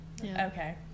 okay